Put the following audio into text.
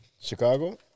Chicago